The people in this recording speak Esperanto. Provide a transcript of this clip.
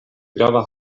grava